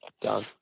Done